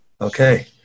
Okay